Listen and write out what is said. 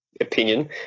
opinion